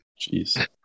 Jeez